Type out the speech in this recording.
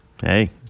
Hey